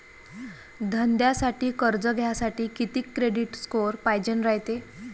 धंद्यासाठी कर्ज घ्यासाठी कितीक क्रेडिट स्कोर पायजेन रायते?